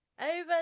Over